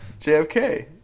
JFK